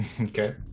Okay